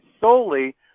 solely